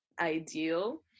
ideal